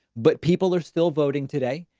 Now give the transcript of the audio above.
but people are still voting today,